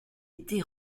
été